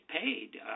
paid